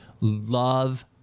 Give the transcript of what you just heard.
love